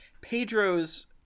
pedro's